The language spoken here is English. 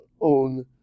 own